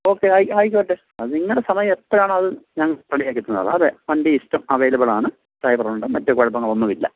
okay നിങ്ങൾക്ക് ആയിക്കോട്ടെ അത് നിങ്ങളുടെ സമയം എത്രയാണോ അത് ഞങ്ങൾ റെഡിയാക്കി തന്നോളാം അതെ വണ്ടി ഇഷ്ടം അവൈലബിൾ ആണ് ഡ്രൈവർ ഉണ്ട് മറ്റ് കുഴപ്പങ്ങൾ ഒന്നുമില്ല